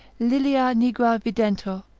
lilia nigra videntur,